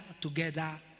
together